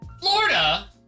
Florida